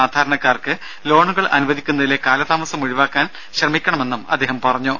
സാധാരണക്കാർക്ക് ലോണുകൾ അനുവദിക്കുന്നതിലെ കാലതാമസം ഒഴിവാക്കാൻ ശ്രമിക്കണമെന്നും അദ്ദേഹം പറഞ്ഞു